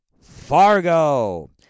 Fargo